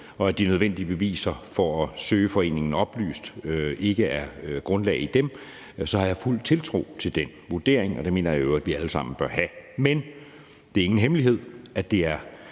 og de nødvendige beviser for at søge foreningen opløst, så har jeg fuld tiltro til den vurdering, og det mener jeg i øvrigt vi alle sammen bør have. Men det er ingen hemmelighed, at det er